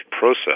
process